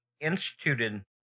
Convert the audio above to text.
instituted